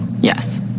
Yes